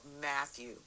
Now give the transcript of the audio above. Matthew